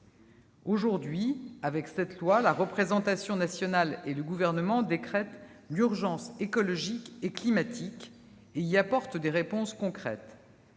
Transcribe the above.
Aujourd'hui, avec ce texte, la représentation nationale et le Gouvernement décrètent l'urgence écologique et climatique et y apportent des réponses concrètes.